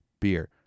beer